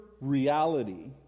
reality